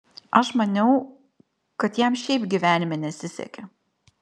aš maniau kad jam šiaip gyvenime nesisekė